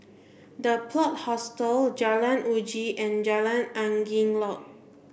The Plot Hostel Jalan Uji and Jalan Angin Laut